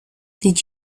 did